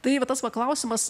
tai va tas va klausimas